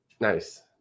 Nice